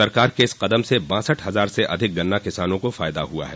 सरकार के इस कदम से बासठ हजार से अधिक गन्ना किसानों को फायदा हुआ है